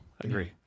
agree